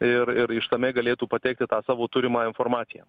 ir ir išsamiai galėtų pateikti tą savo turimą informaciją